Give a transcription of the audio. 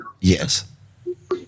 Yes